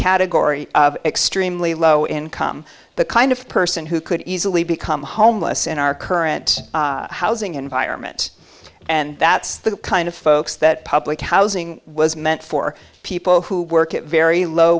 category of extremely low income the kind of person who could easily become homeless in our current housing environment and that's the kind of folks that public housing was meant for people who work at very low